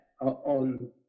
on